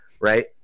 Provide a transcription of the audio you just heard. right